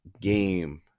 game